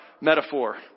metaphor